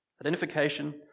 Identification